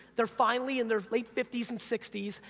they're finally in their late fifty s and sixty s,